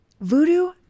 voodoo